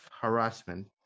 harassment